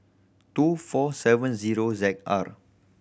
two four seven zero Z R